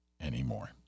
anymore